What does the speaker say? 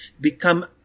become